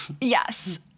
Yes